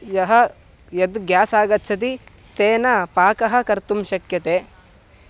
यः यद् गेस् आगच्छति तेन पाकः कर्तुं शक्यते